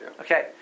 okay